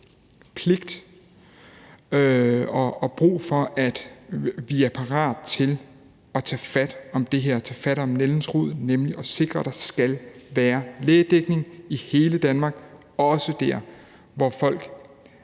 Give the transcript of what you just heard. pligt til og brug for at være parate til at tage fat om det her, tage fat om nældens rod, nemlig at sikre, at der skal være lægedækning i hele Danmark, også der, hvor folk